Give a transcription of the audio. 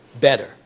better